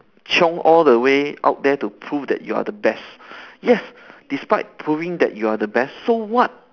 chiong all the way out there to prove that you are the best yes despite proving that you are the best so what